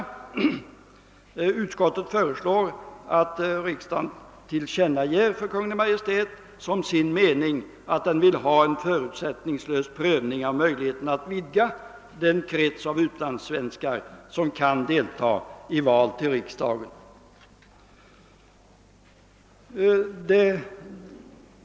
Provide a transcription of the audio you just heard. Utskottet föreslår att riksdagen tillkännager för Kungl. Maj:t som sin mening att den vill ha »en förutsättningslös prövning av möj ligheterna att vidga den krets av utlandssvenskar, som kan delta i val till riksdagen».